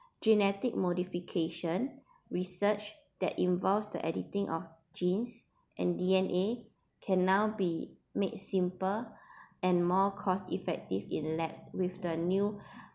genetic modification research that involves the editing of genes and D_N_A can now be made simple and more cost effective in labs with the new